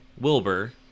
Wilbur